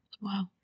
Wow